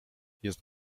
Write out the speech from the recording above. jest